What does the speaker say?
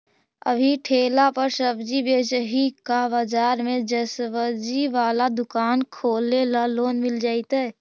अभी ठेला पर सब्जी बेच ही का बाजार में ज्सबजी बाला दुकान खोले ल लोन मिल जईतै?